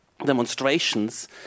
demonstrations